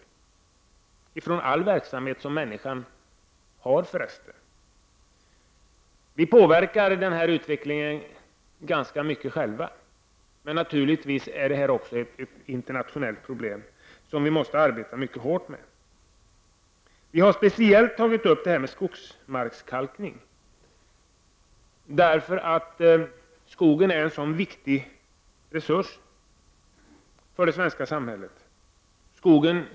Ja, det gäller egentligen utsläpp från all verksamhet som människan bedriver. Det är vi själva som i ganska stor utsträckning påverkar utvecklingen. Men det här är naturligtvis också ett internationellt problem som vi måste arbeta mycket intensivt med. Vi har speciellt tagit upp frågan om skogsmarkskalkningen. Vi tycker nämligen att skogen är en mycket viktig resurs för det svenska samhället.